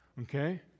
okay